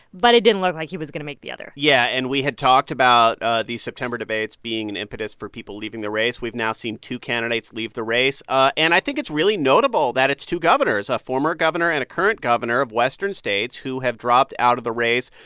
but it didn't look like he was going to make the other yeah. and we had talked about these september debates being an impetus for people leaving the race. we've now seen two candidates leave the race. ah and i think it's really notable that it's two governors a former governor and a current governor of western states who have dropped out of the race.